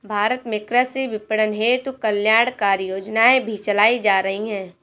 भारत में कृषि विपणन हेतु कल्याणकारी योजनाएं भी चलाई जा रही हैं